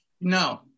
no